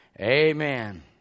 Amen